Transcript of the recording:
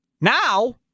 Now